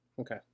Okay